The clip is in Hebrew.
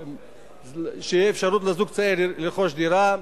שתהיה אפשרות לזוג צעיר לרכוש דירה.